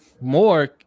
More